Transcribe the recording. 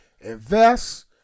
Invest